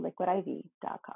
liquidiv.com